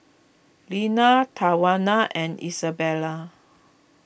Lenna Tawana and Isabela